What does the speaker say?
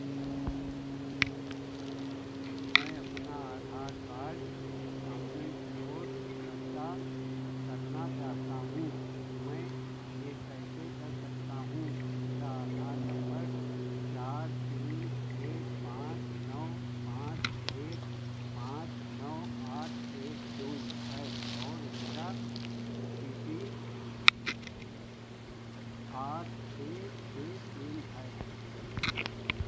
मैं अपना Aadhaar card download करता करना चाहता हूँ मैं यह कैसे कर सकता हूँ मेरा आधार नम्बर चार तीन एक पाँच नौ पाँच एक पाँच नौ आठ एक शून्य है और मेरा ओ पी टी आठ छः छः तीन है